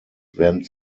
werden